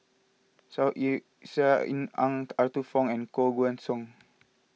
Saw Ean seal in Ang Arthur Fong and Koh Guan Song